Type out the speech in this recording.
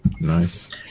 Nice